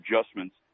adjustments